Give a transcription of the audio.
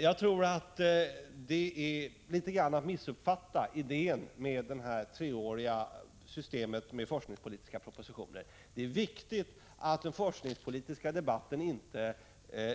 Jag tycker att det är att något missuppfatta idén med systemet med treåriga forskningspolitiska propositioner. Det är viktigt att den forskningspolitiska debatten inte